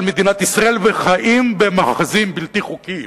מדינת ישראל וחיים במאחזים בלתי חוקיים.